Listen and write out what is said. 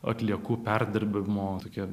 atliekų perdirbimo tokia